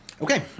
Okay